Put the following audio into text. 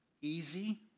Easy